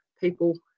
people